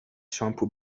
شامپو